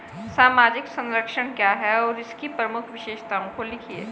सामाजिक संरक्षण क्या है और इसकी प्रमुख विशेषताओं को लिखिए?